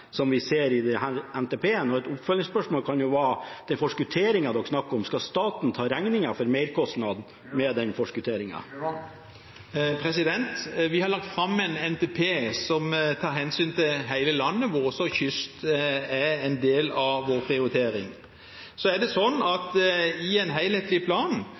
som vi ser i denne NTP-en? Et oppfølgingsspørsmål knyttet til forskutteringen som de snakker om, kan være: Skal staten ta regningen for merkostnaden knyttet til denne forskutteringen? Vi har lagt fram en NTP som tar hensyn til hele landet, hvor også kysten er en del av vår prioritering. Men i en helhetlig plan